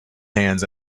hands